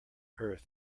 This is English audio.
earth